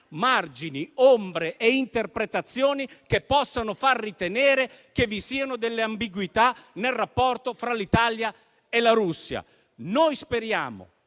margini, ombre e interpretazioni che possano far ritenere che vi siano ambiguità nel rapporto fra l'Italia e la Russia. Noi speriamo